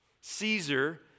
Caesar